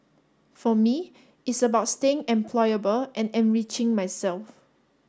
for me it's about staying employable and enriching myself